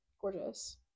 gorgeous